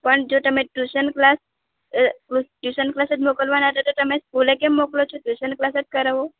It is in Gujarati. પણ જો તમે ટ્યુશન ક્લાસ ટ્યુ ટ્યુશન ક્લાસ જ મોકલવાના છો તો તમે સ્કૂલે કેમ મોકલો છો ટ્યુશન ક્લાસ જ કરાવો